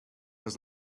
was